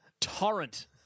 torrent